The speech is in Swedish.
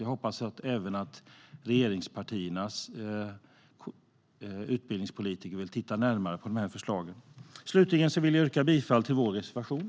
Jag hoppas även att regeringspartiernas utbildningspolitiker vill titta närmare på dessa förslag. Slutligen vill jag yrka bifall till vår reservation.